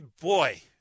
Boy